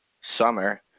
summer